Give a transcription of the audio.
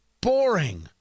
boring